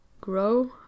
grow